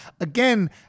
again